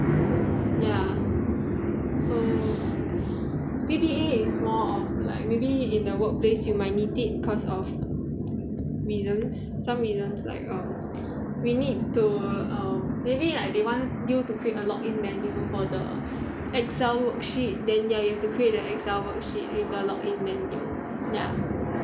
ya so V_B_A is more of like maybe in the work place you might need it cause of reasons some reasons like um we need to um maybe like they want you to create a login menu for the excel worksheet then ya you have to create the excel worksheet with a login menu ya